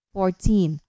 Fourteen